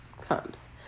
comes